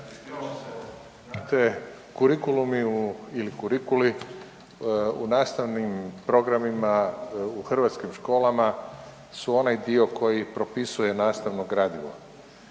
te kurikulumi ili kurikuli u nastavnim programima u hrvatskim školama su onaj dio koji propisuje nastavno gradivo.